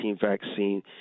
vaccine